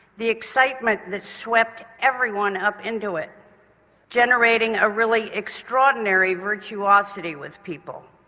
the excitement that swept everyone up into it generating a really extraordinary virtuosity with people.